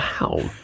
Wow